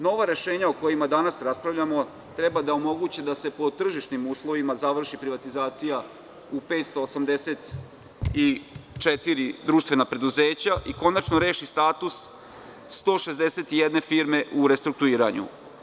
Nova rešenja o kojima danas raspravljamo treba da omoguće da se po tržišnim uslovima završi privatizacija u 584 društvena preduzeća i konačno reši status 161 firme u restrukturiranju.